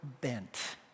bent